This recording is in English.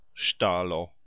stalo